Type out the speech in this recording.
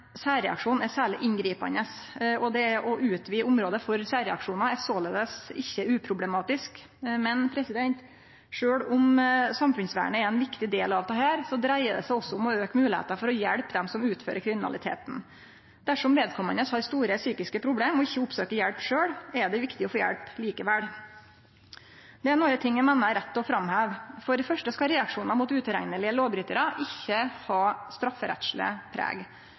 særreaksjon er særleg inngripande, og det å utvide området for særreaksjonar er såleis ikkje uproblematisk. Men sjølv om samfunnsvernet er ein viktig del av dette, dreier det seg også om å auke moglegheita for å hjelpe dei som utfører kriminaliteten. Dersom vedkomande har store psykiske problem og ikkje oppsøkjer hjelp sjølv, er det viktig å få hjelp likevel. Det er nokre ting eg meiner er rett å framheve. For det første skal reaksjonar mot utilreknelege lovbrytarar ikkje ha eit strafferettsleg preg.